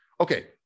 okay